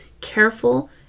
careful